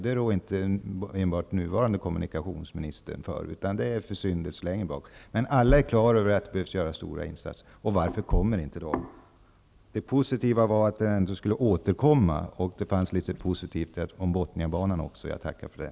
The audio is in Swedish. Det rår inte enbart den nuvarande kommunikationsministern för, utan det är gamla försyndelser. Men alla är på det klara med att det behövs stora insatser. Varför kommer de inte? Positivt i vad kommunikationsministern sade var att han skulle återkomma och vad han sade om Bothniabanan. Jag tackar för det.